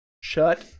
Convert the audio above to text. shut